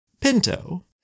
Pinto